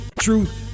truth